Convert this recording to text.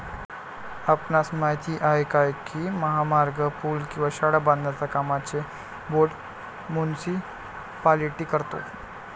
आपणास माहित आहे काय की महामार्ग, पूल किंवा शाळा बांधण्याच्या कामांचे बोंड मुनीसिपालिटी करतो?